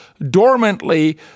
dormantly